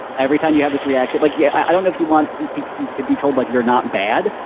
every time you have this reaction like yeah. i don't know if you want to be told like you're not bad.